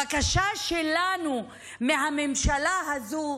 הבקשה שלנו מהממשלה הזו,